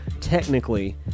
technically